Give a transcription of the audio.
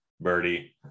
Birdie